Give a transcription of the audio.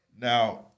Now